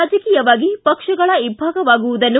ರಾಜಕೀಯವಾಗಿ ಪಕ್ಷಗಳ ಇಭ್ಯಾಗವಾಗುವುದನ್ನು